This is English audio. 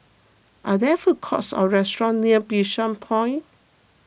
are there food courts or restaurants near Bishan Point